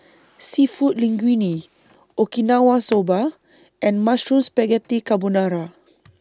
Seafood Linguine Okinawa Soba and Mushroom Spaghetti Carbonara